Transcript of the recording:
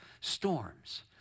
storms